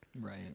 Right